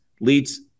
leads